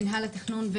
מנהל התכנון,